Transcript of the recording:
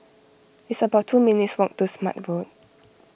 it's about two minutes' walk to Smart Road